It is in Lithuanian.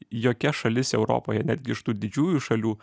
jokia šalis europoje netgi iš tų didžiųjų šalių